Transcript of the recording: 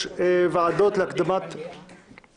תקופות ודחיית מועדים (הוראת שעה נגיף הקורונה החדש)